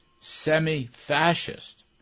semi-fascist